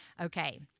Okay